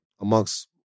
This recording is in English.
amongst